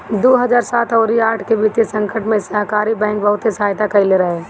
दू हजार सात अउरी आठ के वित्तीय संकट में सहकारी बैंक बहुते सहायता कईले रहे